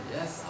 Yes